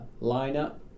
lineup